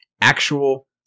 actual –